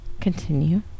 continue